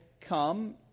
come